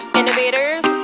innovators